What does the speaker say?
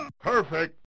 Perfect